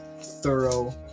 thorough